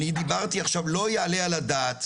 אני דיברתי עכשיו על כך שלא יעלה על הדעת,